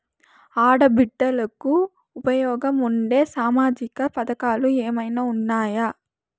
ఆడ బిడ్డలకు ఉపయోగం ఉండే సామాజిక పథకాలు ఏమైనా ఉన్నాయా?